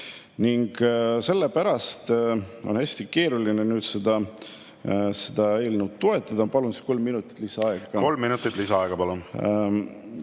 Sellepärast on hästi keeruline nüüd seda eelnõu toetada … Palun kolm minutit lisaaega ka. Kolm minutit lisaaega, palun!